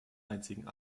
einzigen